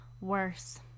Worse